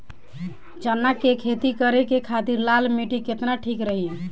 चना के खेती करे के खातिर लाल मिट्टी केतना ठीक रही?